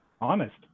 Honest